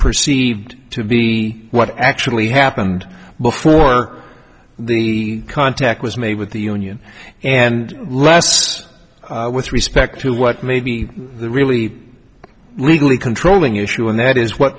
perceived to be what actually happened before the contact was made with the union and less with respect to what may be the really legally controlling issue and that is what